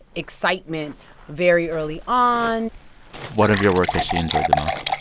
excitement very early on what of your work has she enjoyed the most?